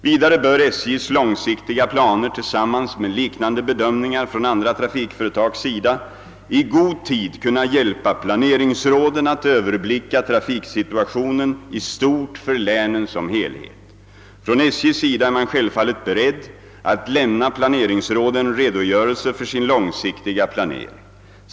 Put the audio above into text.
Vidare bör SJ:s långsiktiga planer tillsammans med liknande bedömningar från andra trafikföretags sida i god tid kunna hjälpa planeringsråden att överblicka trafiksituationen i stort för länen som helhet. Från SJ:s sida är man självfallet beredd att lämna planeringsråden redogörelser för sin långsiktiga planering.